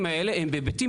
ואתם אצלכם,